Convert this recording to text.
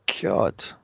God